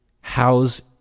house